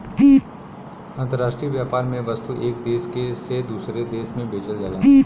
अंतराष्ट्रीय व्यापार में वस्तु एक देश से दूसरे देश में बेचल जाला